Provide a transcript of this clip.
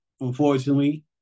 unfortunately